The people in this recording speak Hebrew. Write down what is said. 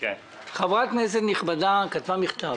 חברת כנסת נכבדה כתבה מכתב,